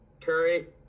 Curry